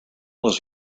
was